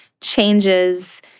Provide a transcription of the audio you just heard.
changes